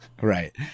Right